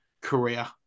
career